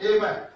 Amen